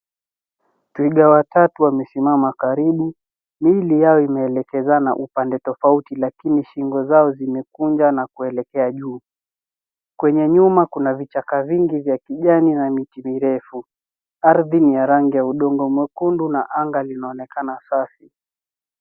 Twiga watatu wamesimama karibu, miili yao imeelekezana upande tofauti lakini shingo za zimekunja na kuelekea juu. Kwenye nyuma kuna vichaka vingi vya kijani na miti mirefu. Ardhi ni ya rangi ya udongo mwekundu na anga linaonekana safi.